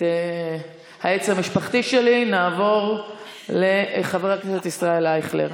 העץ המשפחתי שלי, נעבור לחבר הכנסת ישראל אייכלר.